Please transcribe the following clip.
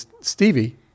Stevie